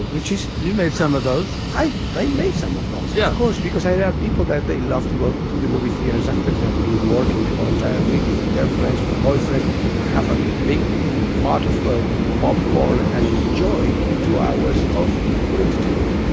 which is you've made some of those. i. they made some of those. yeah. cause because i thought people that they love to go to the movie theaters after they've been working the whole entire week with their girlfriends, with the boyfriends and have a big but part of popcorn and enjoy two hours of ah good entertainment.